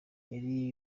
yari